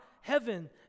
heaven